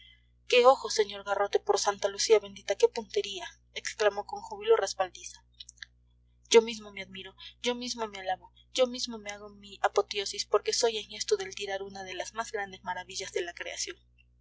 qué ojo sr garrote por santa lucía bendita qué puntería exclamó con júbilo respaldiza yo mismo me admiro yo mismo me alabo yo mismo me hago mi apoteosis porque soy en esto del tirar una de las más grandes maravillas de la creación